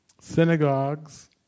synagogues